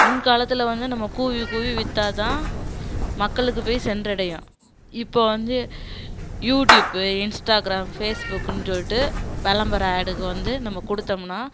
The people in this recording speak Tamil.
முன் காலத்தில் வந்து நம்ம கூவி கூவி விற்றா தான் மக்களுக்கு போய் சென்றடையும் இப்போது வந்து யூடியூப்பு இன்ஸ்டாகிராம் ஃபேஸ்புக்குனுன் சொல்லிட்டு விளம்பரம் ஆடுங்க வந்து நம்ம கொடுத்தோமுன்னா